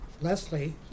Leslie